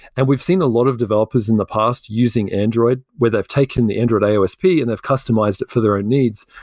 and we've seen a lot of developers in the past using android, where they've taken the android aosp and they've customized it for their own needs.